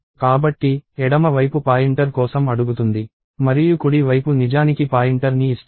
కాబట్టి ఎడమ వైపు పాయింటర్ కోసం అడుగుతుంది మరియు కుడి వైపు నిజానికి పాయింటర్ ని ఇస్తుంది